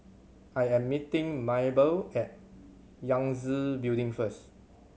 I am meeting Mable at Yangtze Building first